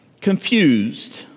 confused